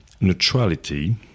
neutrality